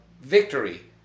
victory